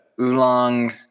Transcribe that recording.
oolong